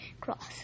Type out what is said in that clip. Cross